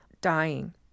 dying